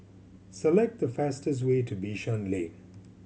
select the fastest way to Bishan Lane